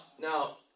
Now